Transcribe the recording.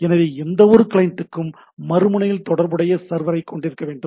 எனவே எந்தவொரு கிளையண்ட்டும் மறுமுனையில் தொடர்புடைய சர்வரைக் கொண்டிருக்க வேண்டும்